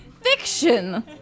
Fiction